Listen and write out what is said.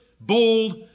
bold